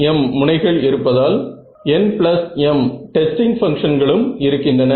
nm முனைகள் இருப்பதால் nm testing பங்ஷன்களும் இருக்கின்றன